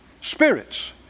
Spirits